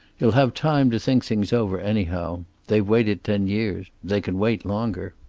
you'll have time to think things over, anyhow. they've waited ten years. they can wait longer.